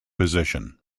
position